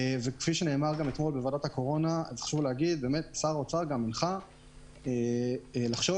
כפי שנאמר גם אתמול בוועדת הקורונה - שר האוצר הנחה לחשוב,